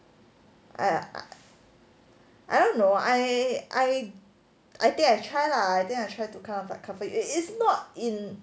I I don't know I I I think I try lah I think I try to kind of like comfort is not in